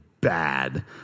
bad